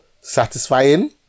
satisfying